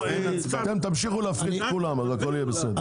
אתם תמשיכו להפחיד את כולם, הכל יהיה בסדר.